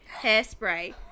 hairspray